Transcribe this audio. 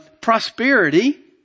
prosperity